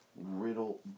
Riddle